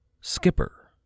Skipper